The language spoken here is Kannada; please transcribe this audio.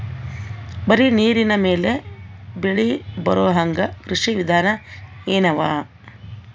ಬರೀ ನೀರಿನ ಮೇಲೆ ಬೆಳಿ ಬರೊಹಂಗ ಕೃಷಿ ವಿಧಾನ ಎನವ?